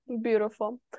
beautiful